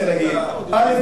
אני רוצה להגיד: א.